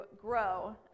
grow